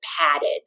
padded